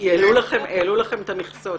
העלו להם את המכסות.